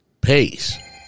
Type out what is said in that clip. Pace